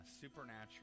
supernatural